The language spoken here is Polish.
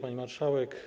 Pani Marszałek!